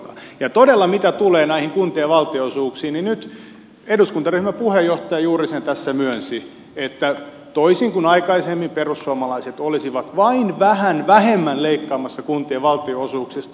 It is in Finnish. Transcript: ja todella mitä tulee näihin kuntien valtionosuuksiin nyt eduskuntaryhmän puheenjohtaja juuri sen tässä myönsi että toisin kuin aikaisemmin perussuomalaiset olisivat vain vähän vähemmän leikkaamassa kuntien valtionosuuksista